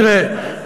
תראה,